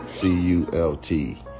c-u-l-t